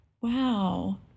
Wow